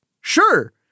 Sure